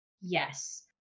Yes